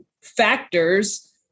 factors